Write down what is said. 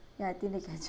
ya I think the gadget